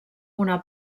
una